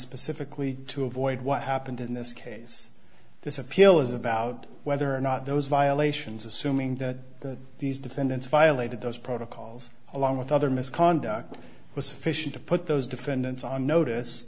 specifically to avoid what happened in this case this appeal is about whether or not those violations assuming that these defendants violated those protocols along with other misconduct was sufficient to put those defendants on notice